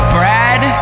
Brad